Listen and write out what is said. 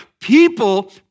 People